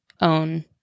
own